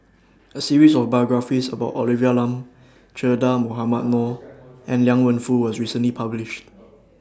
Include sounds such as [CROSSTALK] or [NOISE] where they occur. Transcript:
A series of biographies about Olivia Lum Che Dah Mohamed Noor [NOISE] and Liang Wenfu was recently published [NOISE]